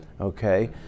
Okay